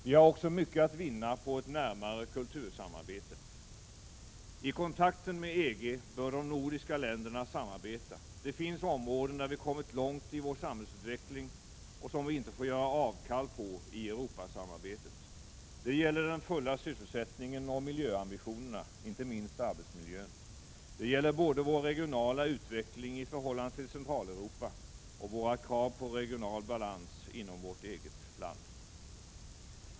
Vi har också mycket att vinna på ett närmare kultursamarbete. I kontakten med EG bör de nordiska länderna samarbeta. Det finns områden där vi har kommit långt i vår samhällsutveckling och där vi i Europasamarbetet inte får göra avkall på våra krav. Det gäller den fulla sysselsättningen och miljöambitionerna, inte minst arbetsmiljön. Det gäller både vår regionala utveckling i förhållande till Centraleuropa och våra krav på regional balans inom vårt eget land.